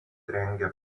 rengia